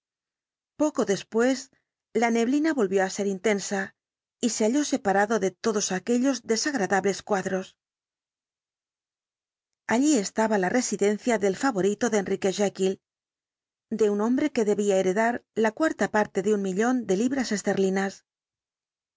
poco después la neblina volvió á ser intensa y se halló separado de todos aquellos desagradables cuadros allí estaba la residencia del favorito de enrique jekyll de un hombre que debía el dr jekyll heredar la cuarta parte de un millón de libras esterlinas